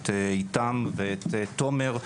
את עיטם ואת תומר,